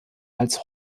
als